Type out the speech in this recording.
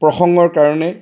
প্ৰসঙ্গৰ কাৰণে